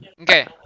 okay